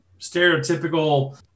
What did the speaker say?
stereotypical